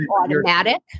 automatic